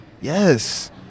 Yes